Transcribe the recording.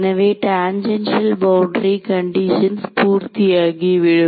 எனவே tangential boundary conditions பூர்த்தியாகிவிடும்